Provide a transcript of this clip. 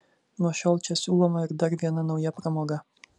nuo šiol čia siūloma ir dar viena nauja pramoga